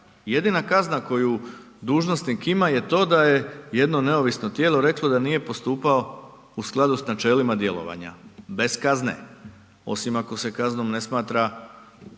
jedina kazna koju dužnosnik ima je to da je jedno neovisno reklo da nije postupao u skladu sa načelima djelovanja, bez kazne osim ako se kaznom ne smatra